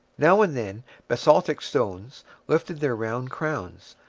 now and then basaltic stones lifted their round crowns,